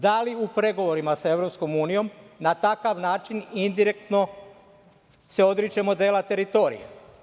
Da li u pregovorima sa Evropskom unijom na takav način indirektno se odričemo dela teritorije?